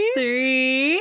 three